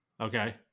Okay